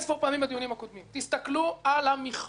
בדיונים הקרובים תסתכלו על המכלול.